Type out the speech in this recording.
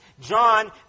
John